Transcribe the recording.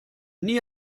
nie